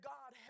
God